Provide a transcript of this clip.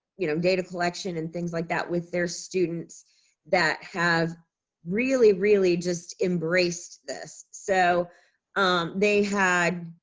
you know data collection and things like that with their students that have really really just embraced this. so they had,